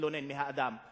התלוננו על האַזַאן,